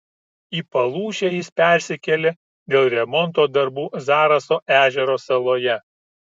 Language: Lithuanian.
į palūšę jis persikėlė dėl remonto darbų zaraso ežero saloje